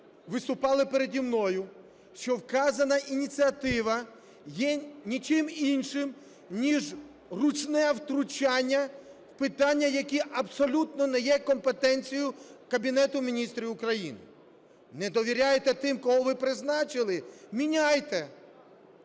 які виступали переді мною, що вказана ініціатива є нічим іншим, ніж ручне втручання в питання, які абсолютно не є компетенцією Кабінету Міністрів України. Не довіряєте тим, кого ви призначили, міняйте.